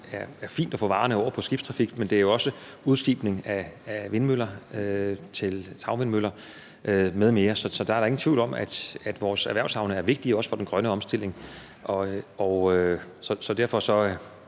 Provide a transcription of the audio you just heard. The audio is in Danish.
bliver flyttet over til skibstrafikken – jo også brugt til udskibning af vindmøller, tagvindmøller m.m. Så der er da ingen tvivl om, at vores erhvervshavne er vigtige, også for den grønne omstilling. Det er en